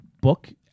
Book